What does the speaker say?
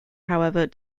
however